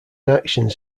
actions